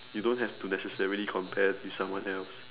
you don't have to necessarily compare to someone else